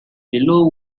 below